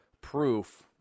proof